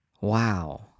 Wow